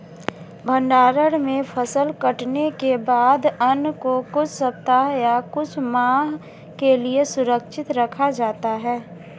भण्डारण में फसल कटने के बाद अन्न को कुछ सप्ताह या कुछ माह के लिये सुरक्षित रखा जाता है